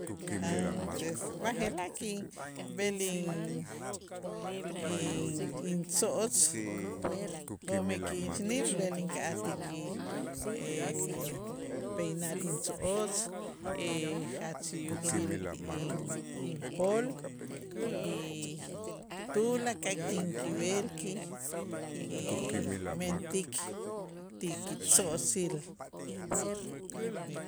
B'aje'laj kib'el in- in- intzo'otz jo'mij ki'ichnil b'el inka'aj ti ki peinar intzo'otz jach yutzil in- inpol y tulakal k'in kib'el ki- kimentik ti kitzo'otzil.